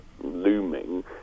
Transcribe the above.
looming